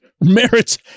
merits